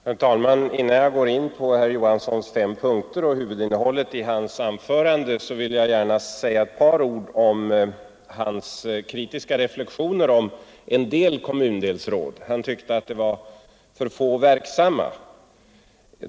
Herr talman! Innan jag går in på herr Johanssons i Trollhättan fem punkter och på huvudinnehållet i hans anförande vill jag gärna säga några ord om herr Johanssons kritiska reflexioner rörande en del kommundelsråd. Herr Johansson tyckte att det var för få människor verksamma.